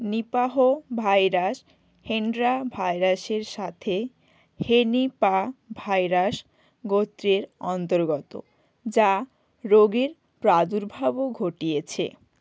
Nipah virus Hendra ভাইরাসের সাথে henipavirus গোত্রের অন্তর্গত যা রোগের প্রাদুর্ভাবও ঘটিয়েছে